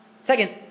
Second